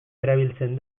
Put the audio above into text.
erabiltzen